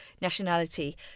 nationality